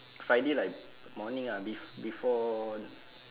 friday like morning ah be~ before